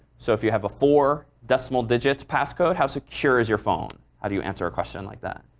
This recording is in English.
so if you have a four decimal digit passcode how secure is your phone? how do you answer a question like that?